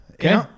Okay